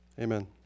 Amen